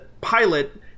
pilot